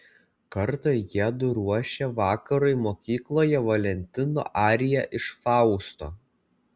kartą jiedu ruošė vakarui mokykloje valentino ariją iš fausto